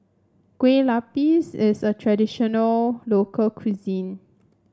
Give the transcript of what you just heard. Kueh Lapis is a traditional local cuisine